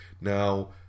Now